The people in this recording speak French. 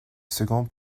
second